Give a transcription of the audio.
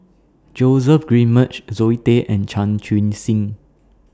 Joseph Grimberg Zoe Tay and Chan Chun Sing